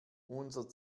unser